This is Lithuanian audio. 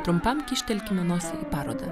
trumpam kyštelkime nosį į parodą